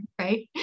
Right